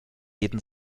jeden